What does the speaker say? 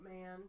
man